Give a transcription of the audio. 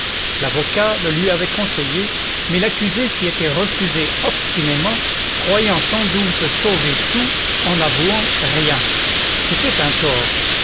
l'avocat le lui avait conseillé mais l'accusé s'y était refusé obstinément croyant sans doute sauver tout en n'avouant rien c'était un tort